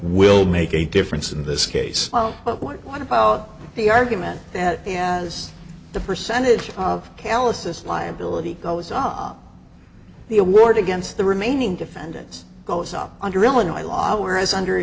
will make a difference in this case but what about the argument that yes the percentage of callousness liability goes up the award against the remaining defendants goes up under illinois law whereas under